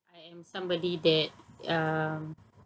I am somebody that um